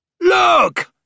Look